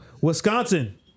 Wisconsin